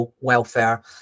welfare